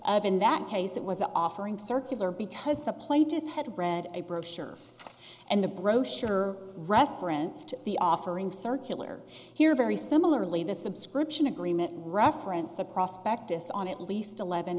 in that case it was an offering circular because the plaintiff had read a brochure and the brochure referenced the offering circular here very similarly the subscription agreement reference the prospect is on at least eleven